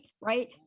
right